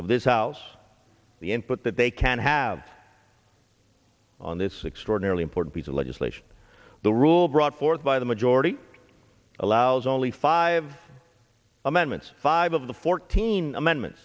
of this house the input that they can have on this extraordinarily important piece of legislation the rule brought forth by the majority allows only five amendments five of the fourteen amendment